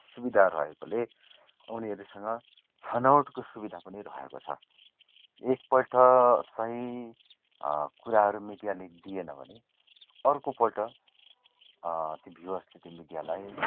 सुविधा रहेकोले उनीहरूसँग छनौटको सुविधा पनि रहेको छ एकपल्ट सही कुराहरू मिडियाले दिएन भने अर्कोपल्ट ती भ्युयर्सले त्यो मिडियालाई